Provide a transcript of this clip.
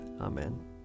Amen